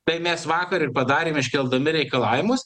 tai mes vakar ir padarėm iškeldami reikalavimus